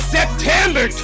September